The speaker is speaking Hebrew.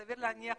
סביר להניח